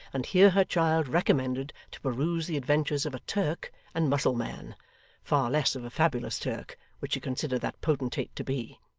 and hear her child recommended to peruse the adventures of a turk and mussulman far less of a fabulous turk, which she considered that potentate to be.